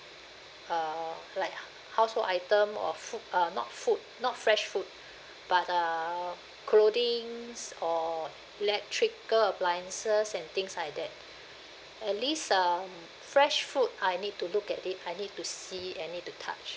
uh like household item or food uh not food not fresh food but uh clothings or electrical appliances and things like that at least um fresh food I need to look at it I need to see and I need to touch